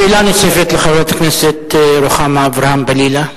שאלה נוספת לחברת הכנסת רוחמה אברהם-בלילא.